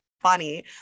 funny